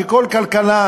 שכל כלכלן,